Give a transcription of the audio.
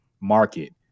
market